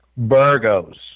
Virgos